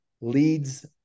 leads